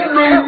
no